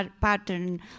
pattern